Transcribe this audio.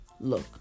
Look